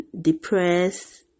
depressed